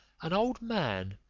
an old man,